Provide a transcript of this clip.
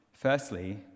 Firstly